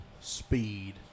speed